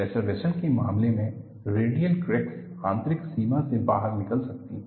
pressure vessel के मामले में रेडियल क्रैक्स आंतरिक सीमा से बाहर निकल सकती हैं